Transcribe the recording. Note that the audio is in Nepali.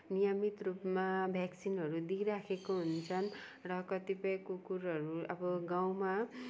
नियमित रूपमा भ्याक्सिनहरू दिइराखेको हुन्छन् र कतिपय कुकुरहरू अब गाउँमा